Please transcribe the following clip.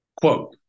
Quote